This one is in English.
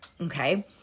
Okay